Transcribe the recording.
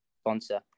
sponsor